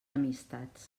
amistats